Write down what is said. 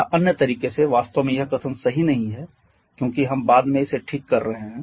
या अन्य तरीके से वास्तव में यह कथन सही नहीं है क्योंकि हम बाद में इसे ठीक कर रहे हैं